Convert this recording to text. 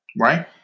right